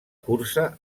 cursa